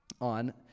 on